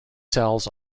cells